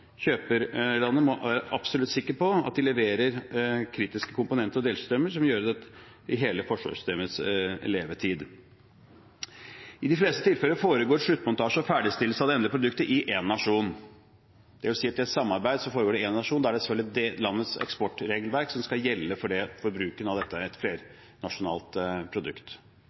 Kjøperlandet må være absolutt sikker på at en leverer kritiske komponenter og delsystemer i hele forsvarssystemets levetid. I de fleste tilfeller foregår sluttmontasje og ferdigstillelse av det endelige produktet i én nasjon. Det vil si at i et samarbeid foregår det i én nasjon. Da er det selvfølgelig det landets eksportregelverk som skal gjelde for bruken av dette, et flernasjonalt produkt